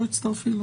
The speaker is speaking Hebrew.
בואי תצטרפי.